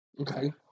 Okay